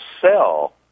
sell